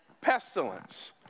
pestilence